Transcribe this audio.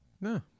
No